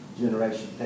generation